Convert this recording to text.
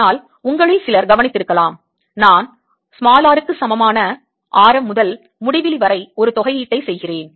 ஆனால் உங்களில் சிலர் கவனித்திருக்கலாம் நான் r க்கு சமமான ஆரம் முதல் முடிவிலி வரை ஒரு தொகையீட்டை செய்கிறேன்